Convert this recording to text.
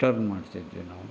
turn ಮಾಡ್ತಿದ್ವಿ ನಾವು